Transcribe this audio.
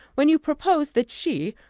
when you propose that she,